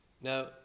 Now